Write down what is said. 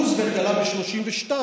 רוזוולט עלה ב-1932,